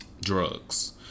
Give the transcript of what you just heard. Drugs